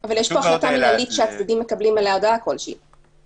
אבל יש פה החלטה מינהלית שהצדדים מקבלים עליה הודעה ברורה בכתב?